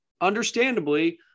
understandably